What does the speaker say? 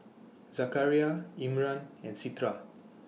Zakaria Imran and Citra